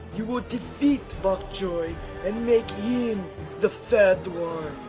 you will defeat bokchoy and make him the fat one.